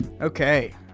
Okay